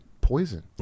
poison